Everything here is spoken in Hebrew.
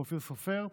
ואופיר סופר,